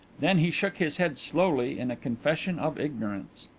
then he shook his head slowly in a confession of ignorance.